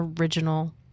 original